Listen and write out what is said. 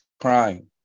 crying